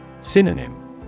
Synonym